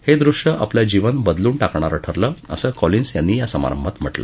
हे दृश्य आपलं जीवन बदलून टाकणारं ठरलं असं कॉलिन्स यांनी या समारंभात म्हटलं